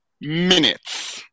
minutes